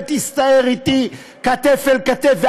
ותסתער אתי כתף אל כתף,